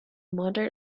modern